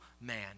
man